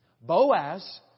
Boaz